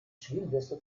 schwimmweste